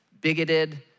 bigoted